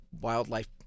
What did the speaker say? wildlife—